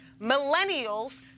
millennials